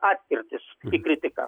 atkirtis į kritiką